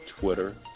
Twitter